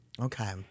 Okay